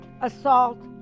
assault